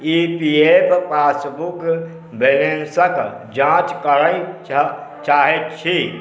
ई P F passbook बैलेन्सके जाँच करऽ चा चाहै छी